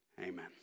Amen